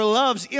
loves